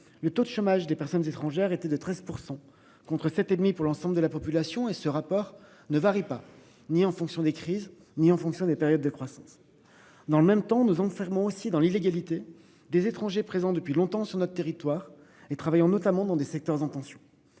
Le taux de chômage des personnes étrangères était de 13% contre 7 et demi pour l'ensemble de la population et ce rapport ne varie pas, ni en fonction des crises ni en fonction des périodes de croissance. Dans le même temps nous enfermons aussi dans l'illégalité des étrangers présents depuis longtemps sur notre territoire et travaillant notamment dans des secteurs en tension.